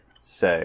say